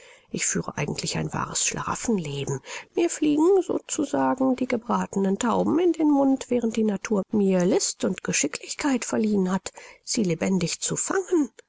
ich führe eigentlich ein wahres schlaraffenleben mir fliegen so zu sagen die gebratenen tauben in den mund während die natur mir list und geschicklichkeit verliehen hat sie lebendig zu fangen